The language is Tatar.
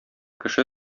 кеше